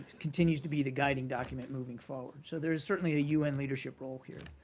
continues to be the guiding document moving forward. so there is certainly a un leadership role here.